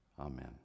amen